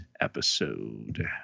episode